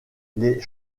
les